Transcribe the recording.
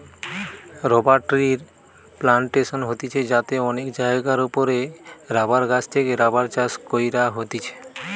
rubber ট্রির plantation হতিছে যাতে অনেক জায়গার ওপরে রাবার গাছ থেকে রাবার চাষ কইরা হতিছে